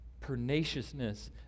perniciousness